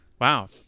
Wow